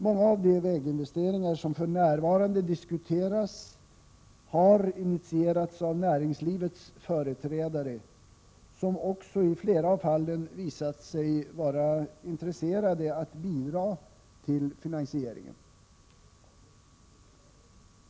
Många av de väginvesteringar som diskuteras för närvarande har initierats av näringslivets företrädare, som också i flera av fallen har visat sig vara intresserade av att bidra till finansieringen.